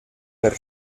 per